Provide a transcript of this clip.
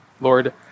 Lord